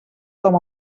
com